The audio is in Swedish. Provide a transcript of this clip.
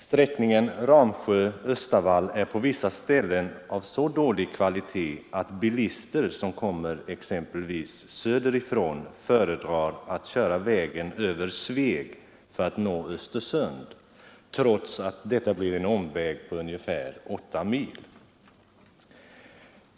Sträckningen Ramsjö—-Östavall är på vissa ställen av så dålig kvalitet att bilister som kommer söderifrån föredrar att köra vägen över Sveg för att nå Östersund, trots att detta blir en omväg på ungefär 8 mil.